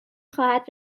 خواهد